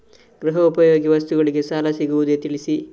ಗೃಹ ಉಪಯೋಗಿ ವಸ್ತುಗಳಿಗೆ ಸಾಲ ಸಿಗುವುದೇ ತಿಳಿಸಿ?